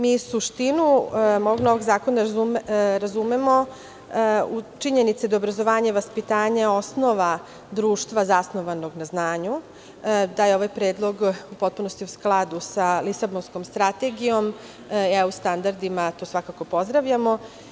Mi suštinu novog zakona razumemo u činjenici da je obrazovanje i vaspitanje osnova društva zasnovanog na znanju, da je ovaj predlog u potpunosti u skladu sa Lisabonskom strategijom, EU standardima, što svakako pozdravljamo.